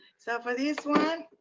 so for this,